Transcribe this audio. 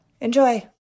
Enjoy